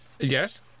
Yes